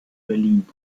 berlin